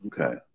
Okay